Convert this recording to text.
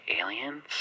aliens